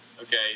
okay